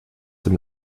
dem